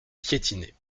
piétinait